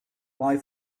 bye